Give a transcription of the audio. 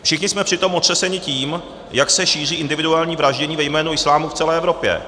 Všichni jsme přitom otřeseni tím, jak se šíří individuální vraždění ve jménu islámu v celé Evropě.